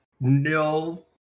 no